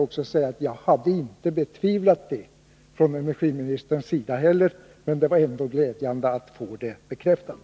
Jag hade inte betvivlat att energiministern skulle göra detta, men det var ändå glädjande att få det bekräftat.